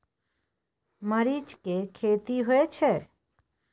मरीच के खेती होय छय?